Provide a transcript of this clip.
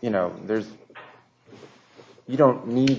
you know there's you don't need